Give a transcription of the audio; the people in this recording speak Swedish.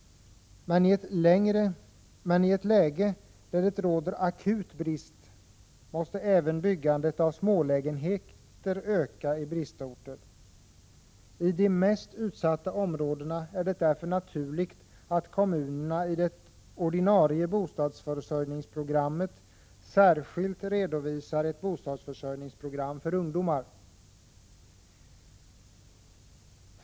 Men i ett läge där det råder akut brist måste även byggandet av smålägenheter öka i bristorter. I de mest utsatta områdena är det därför naturligt att kommunerna i det ordinarie bostadsförsörjningsprogrammet särskilt redovisar ett bostadsförsörjningsprogram för ungdomar.